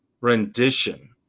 rendition